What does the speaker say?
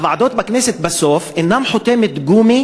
הוועדות בכנסת בסוף אינן חותמת גומי